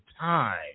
time